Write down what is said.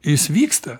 jis vyksta